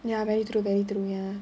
ya very true very true ya